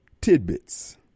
tidbits